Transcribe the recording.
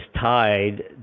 tied